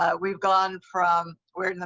ah we've gone from, we're in the,